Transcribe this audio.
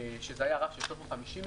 שזה היה רף של 350 מיליון.